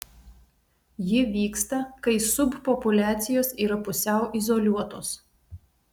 ji vyksta kai subpopuliacijos yra pusiau izoliuotos